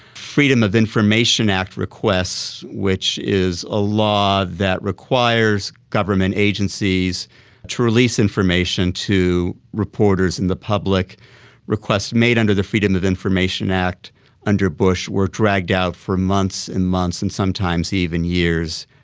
freedom of information act requests, which is a law that requires government agencies to release information to reporters and the public requests made under the freedom of information act under bush were dragged out for months and months and sometimes even years.